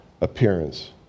appearance